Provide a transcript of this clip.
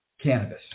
cannabis